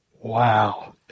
Wow